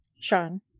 Sean